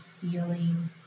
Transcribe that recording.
feeling